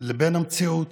לבין המציאות.